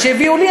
מה שהביאו לי,